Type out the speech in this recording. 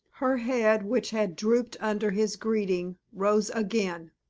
her head, which had drooped under his greeting, rose again.